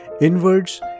inwards